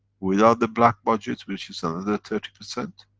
without the black budget which is another thirty percent?